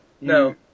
No